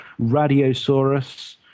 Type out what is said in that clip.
Radiosaurus